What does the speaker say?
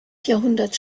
jahrhundert